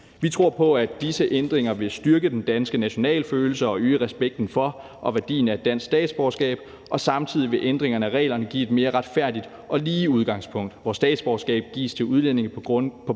Vi tror på, at disse ændringer vil styrke den danske nationalfølelse og øge respekten for og værdien af et dansk statsborgerskab. Samtidig vil ændringerne af reglerne give et mere retfærdigt og lige udgangspunkt, hvor statsborgerskabet gives til udlændinge på grundlag